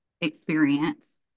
experience